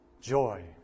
joy